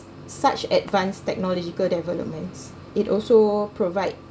such advanced technological developments it also provide